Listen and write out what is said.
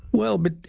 well bid.